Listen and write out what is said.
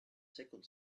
second